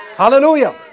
Hallelujah